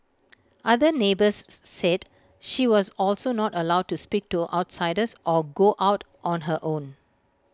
other neighbours said she was also not allowed to speak to outsiders or go out on her own